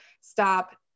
stop